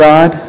God